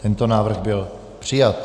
Tento návrh byl přijat.